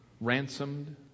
ransomed